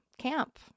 Camp